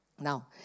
Now